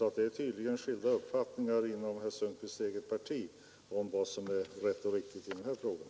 Det finns tydligen skilda uppfattningar inom herr Sundkvists eget parti om vad som är rätt och riktigt i den här frågan.